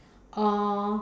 or